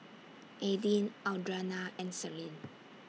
Adin Audrianna and Celine